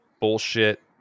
bullshit